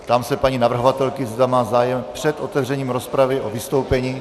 Ptám se paní navrhovatelky, zda má zájem před otevřením rozpravy o vystoupení.